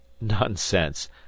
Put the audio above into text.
Nonsense